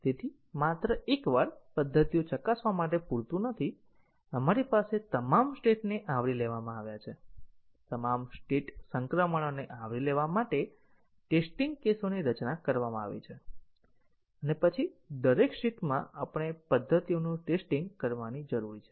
માત્ર એકવાર પદ્ધતિઓ ચકાસવા માટે પૂરતું નથી આપણી પાસે તમામ સ્ટેટને આવરી લેવામાં આવ્યા છે તમામ સ્ટેટ સંક્રમણોને આવરી લેવા માટે ટેસ્ટીંગ કેસોની રચના કરવામાં આવી છે અને પછી દરેક સ્ટેટમાં આપણે પદ્ધતિઓનું ટેસ્ટીંગ કરવાની જરૂર છે